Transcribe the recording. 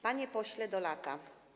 Panie Pośle Dolata!